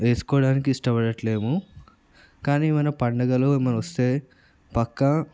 వేసుకోడానికి ఇష్టపడట్లేము కానీ మన పండుగలు ఏమన్నొస్తే పక్కా